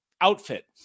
outfit